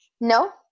No